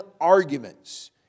arguments